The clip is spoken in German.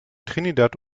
trinidad